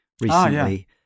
recently